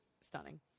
stunning